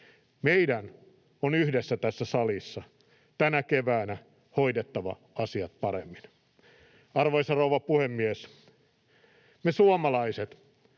Meidän on yhdessä tässä salissa tänä keväänä hoidettava asiat paremmin. Arvoisa rouva puhemies! Me suomalaiset,